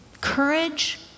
courage